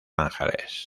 ángeles